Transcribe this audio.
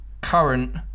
current